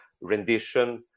rendition